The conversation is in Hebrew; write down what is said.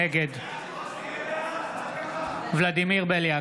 נגד ולדימיר בליאק,